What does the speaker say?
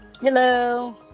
Hello